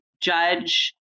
judge